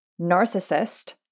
narcissist